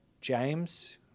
James